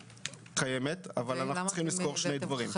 קיימת, אבל צריך לזכור שני דברים.